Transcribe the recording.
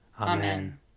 Amen